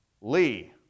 Lee